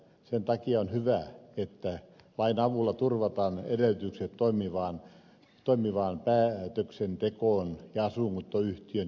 sen takia on hyvä että lain avulla turvataan edellytykset toimivaan päätöksentekoon ja asuntoyhtiön kehittämiseen